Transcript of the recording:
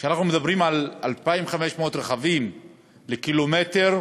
כשאנחנו מדברים על 2,500 רכבים לקילומטר,